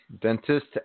Dentist